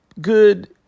good